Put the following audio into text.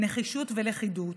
נחישות ולכידות.